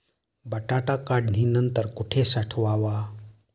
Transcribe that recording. बटाटा काढणी नंतर कुठे साठवावा?